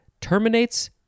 terminates